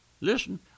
listen